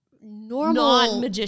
normal